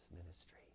ministry